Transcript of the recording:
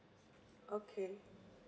okay